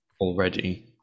already